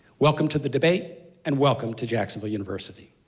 welcome to the debate and welcome to jacksonville university.